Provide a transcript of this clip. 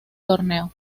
torneo